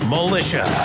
Militia